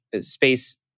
space